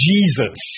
Jesus